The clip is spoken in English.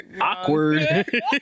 Awkward